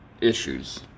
issues